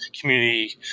community